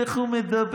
איך הוא מדבר.